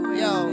yo